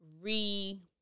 re